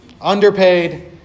underpaid